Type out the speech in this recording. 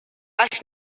last